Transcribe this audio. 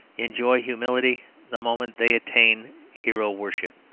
enjoy humility the moment they attain hero-worship.